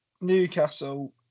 Newcastle